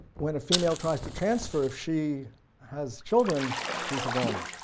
when a female tries to transfer if she has children she's a goner,